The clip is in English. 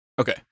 okay